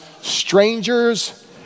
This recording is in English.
strangers